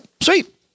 Sweet